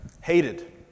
hated